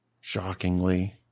Shockingly